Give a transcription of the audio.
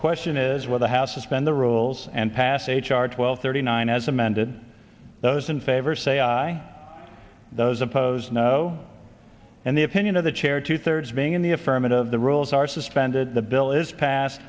the question is where the house has been the rules and passed h r twelve thirty nine as amended those in favor say aye those opposed no in the opinion of the chair two thirds being in the affirmative the rules are suspended the bill is passed